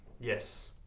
Yes